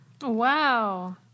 Wow